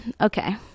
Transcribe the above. Okay